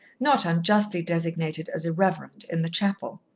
not unjustly designated as irreverent, in the chapel.